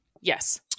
Yes